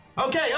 Okay